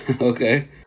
Okay